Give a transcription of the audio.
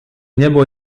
niebo